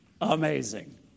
amazing